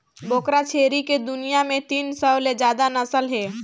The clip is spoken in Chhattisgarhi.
बोकरा छेरी के दुनियां में तीन सौ ले जादा नसल हे